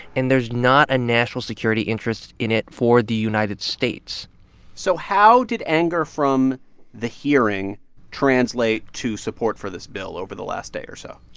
and there's not a national security interest in it for the united states so how did anger from the hearing translate to support for this bill over the last day or so?